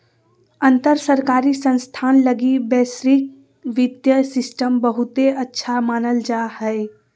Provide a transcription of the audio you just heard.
अंतर सरकारी संस्थान लगी वैश्विक वित्तीय सिस्टम बहुते अच्छा मानल जा हय